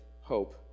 hope